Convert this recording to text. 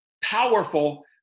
powerful